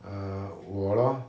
ah 我 lor